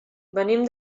venim